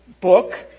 book